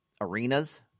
arenas